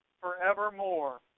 forevermore